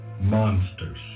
monsters